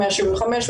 175,